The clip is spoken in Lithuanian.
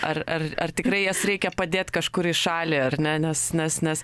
ar ar ar tikrai jas reikia padėt kažkur į šalį ar ne nes nes nes